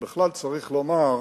ובכלל, צריך לומר,